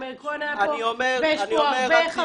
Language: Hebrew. גם מאיר כהן היה פה ויש פה הרבה חברים.